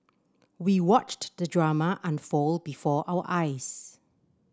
we watched the drama unfold before our eyes